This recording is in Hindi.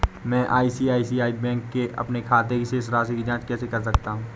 मैं आई.सी.आई.सी.आई बैंक के अपने खाते की शेष राशि की जाँच कैसे कर सकता हूँ?